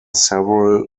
several